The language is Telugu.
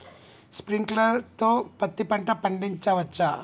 స్ప్రింక్లర్ తో పత్తి పంట పండించవచ్చా?